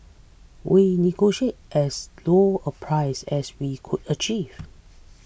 we negotiated as low a price as we could achieve